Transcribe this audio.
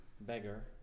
beggar